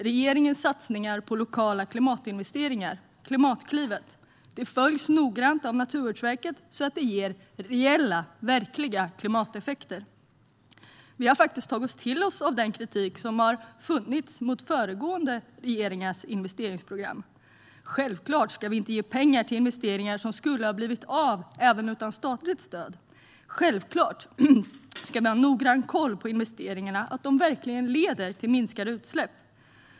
Regeringens satsningar på lokala klimatinvesteringar, Klimatklivet, följs noggrant av Naturvårdsverket så att de ger reella, verkliga klimateffekter. Vi har faktiskt tagit till oss av den kritik som funnits mot föregående regeringars investeringsprogram. Självklart ska vi inte ge pengar till investeringar som skulle blivit av även utan statligt stöd. Självklart ska vi ha noggrann koll på att investeringarna verkligen leder till minskade utsläpp.